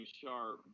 sharp